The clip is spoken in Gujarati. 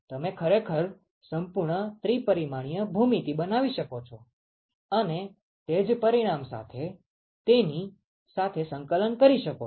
તમે ખરેખર સંપૂર્ણ ત્રિ પરિમાણીય ભૂમિતિ બનાવી શકો છો અને તે જ પરિણામ સાથે તેની સાથે સંકલન કરી શકો છો